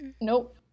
Nope